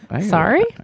sorry